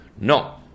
No